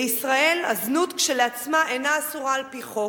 בישראל הזנות כשלעצמה אינה אסורה על-פי חוק,